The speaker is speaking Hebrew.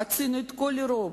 חצינו את כל אירופה,